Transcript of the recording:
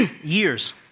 years